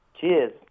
cheers